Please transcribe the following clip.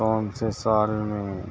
کون سے سال میں